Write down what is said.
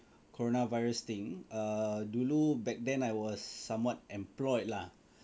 corona virus thing err dulu back then I was somewhat employed lah